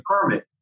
permit